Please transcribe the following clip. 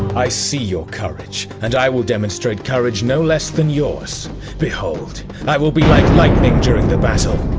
i see your courage, and i will demonstrate courage no less than yours. behold. i will be like lightning during the battle.